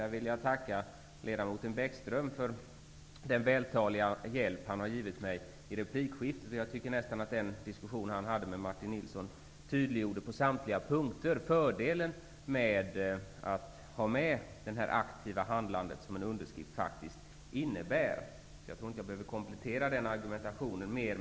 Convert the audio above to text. Där vill jag tacka ledamoten Bäckström för den vältaliga hjälp han har givit mig i replikskiftet. Jag tycker nästan att den diskussion han hade med Martin Nilsson på samtliga punkter tydliggjorde fördelen med att ha med det aktiva handlande som en underskrift faktiskt innebär. Jag tror inte att jag behöver komplettera den argumentationen mer.